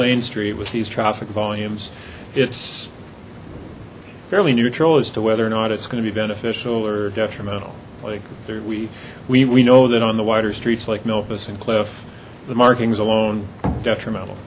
lane street with these traffic volumes it's fairly neutral as to whether or not it's going to be beneficial or detrimental like we we we know that on the wider streets like memphis and cliff the markings alone detrimental